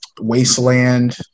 Wasteland